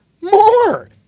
more